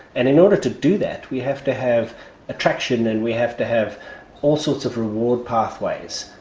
and in order to do that we have to have attraction and we have to have all sorts of reward pathways.